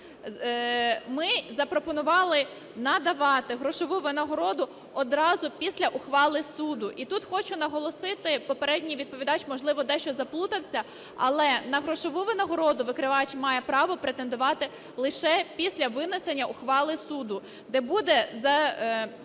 ми запропонували надавати грошову винагороду відразу після ухвали суду. І тут хочу наголосити. Попередній відповідач, можливо, дещо заплутався, але на грошову винагороду викривач має право претендувати лише після винесення ухвали суду, де буде